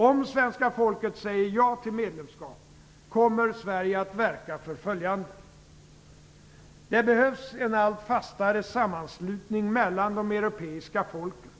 Om svenska folket säger ja till medlemskap kommer Sverige att verka för följande: Det behövs en allt fastare sammanslutning mellan de europeiska folken,